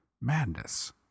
Madness